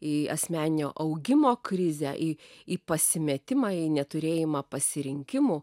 į asmeninio augimo krizę į į pasimetimą į neturėjimą pasirinkimų